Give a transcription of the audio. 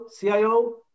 CIO